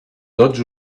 tots